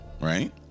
right